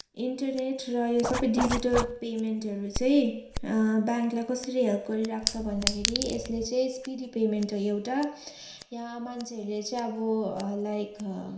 internet र यो सबै डिजिटल पेमेन्टहरू चाहिँ ब्याङ्कलाई कसरी हेल्प गरिरहेको छ भन्दाखेरि यसले चाहिँ स्पिडी पेमेन्ट हो एउटा यहाँ मान्छेहरूले चाहिँ अब लाइक